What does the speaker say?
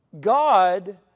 God